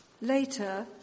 Later